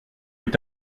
est